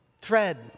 thread